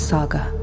Saga